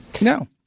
No